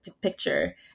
picture